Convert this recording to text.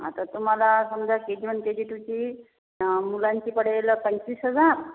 आता तुम्हाला समजा K G one K G टूची मुलांची पडेल पंचवीस हजार